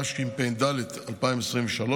התשפ"ד 2023,